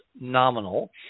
nominal